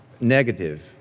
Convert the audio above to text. negative